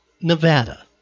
Nevada